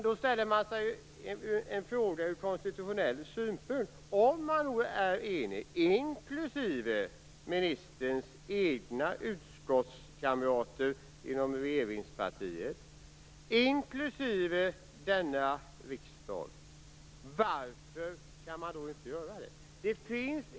Då inställer sig en fråga ur konstitutionell synpunkt: Om nu riksdagen är enig - inklusive ministerns egna partikamrater i utskottet - varför kan man inte göra det?